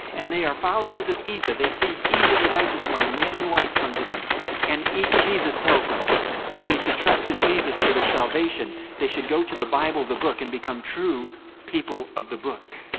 and they are followers of isa. they see isa the righteous one, a man in white, come to them and jesus tells them that they should trust in jesus for their salvation, they should go to the bible, the book, and become true people of the book.